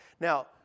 Now